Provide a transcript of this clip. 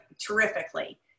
terrifically